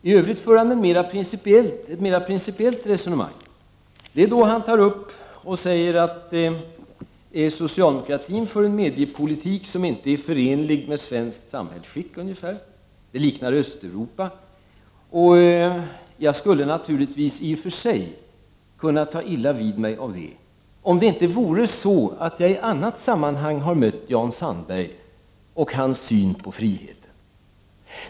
I övrigt för Jan Sandberg ett mer principiellt resonemang när han säger att socialdemokratin för en mediepolitik som inte är förenlig med svenskt samhällsskick. Socialdemokraternas mediepolitik liknar den som förs i Östeuropa. I och för sig skulle jag kunna ta illa vid mig av detta, om jag inte i annat sammanhang hade mött Jan Sandberg och hans syn på friheten.